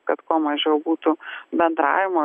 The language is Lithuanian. kad kuo mažiau būtų bendravimo